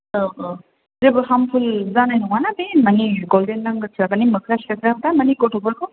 औ औ जेबो हार्मफुल जानाय नङा ना बे माने गल्देन लांगुरफ्रा माने मोख्रा सोख्राफ्रा माने गथ'फोरखौ